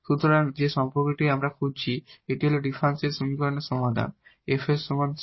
সুতরাং যে সম্পর্কটি আমরা খুঁজছি এটি এই ডিফারেনশিয়াল সমীকরণের সমাধান f এর সমান c